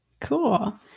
Cool